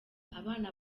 abana